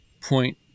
point